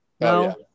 No